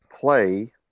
play